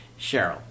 Cheryl